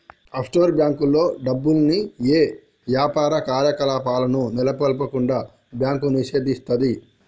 offshore బ్యేంకుల్లో డబ్బుల్ని యే యాపార కార్యకలాపాలను నెలకొల్పకుండా బ్యాంకు నిషేధిస్తది